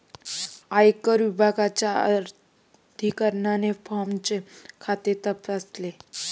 आयकर विभागाच्या अधिकाऱ्याने फॉर्मचे खाते तपासले